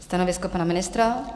Stanovisko pana ministra?